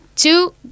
Two